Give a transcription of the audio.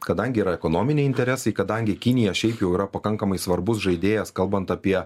kadangi yra ekonominiai interesai kadangi kinija šiaip jau yra pakankamai svarbus žaidėjas kalbant apie